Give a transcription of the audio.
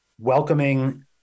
welcoming